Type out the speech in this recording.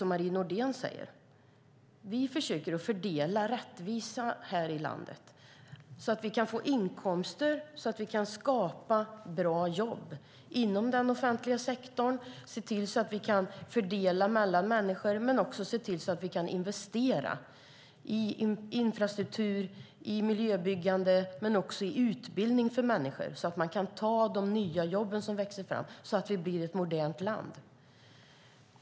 Som Marie Nordén säger försöker vi fördela rättvist här i landet så att vi kan få inkomster och kan skapa bra jobb inom den offentliga sektorn och se till att vi kan fördela mellan människor och investera i infrastruktur, miljöbyggande och utbildning så att människor kan ta de nya jobb som växer fram så att vi blir ett modernt land.